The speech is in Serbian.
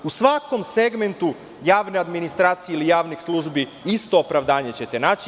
U svakom segmentu javne administracije ili javnih službi ćete isto opravdanje naći.